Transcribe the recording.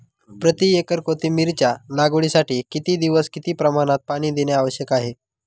प्रति एकर कोथिंबिरीच्या लागवडीसाठी किती दिवस किती प्रमाणात पाणी देणे आवश्यक आहे?